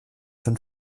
von